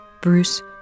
Bruce